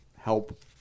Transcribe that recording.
help